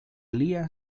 lia